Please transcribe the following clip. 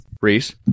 Reese